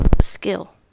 skill